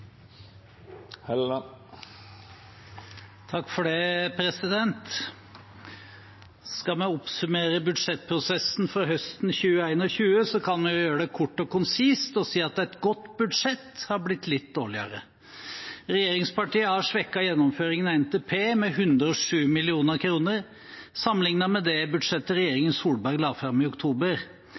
oppsummere budsjettprosessen for høsten 2021, kan vi gjøre det kort og konsist og si at et godt budsjett er blitt litt dårligere. Regjeringspartiene har svekket gjennomføringen av NTP med 107 mill. kr sammenlignet med det budsjettet regjeringen Solberg la fram i oktober,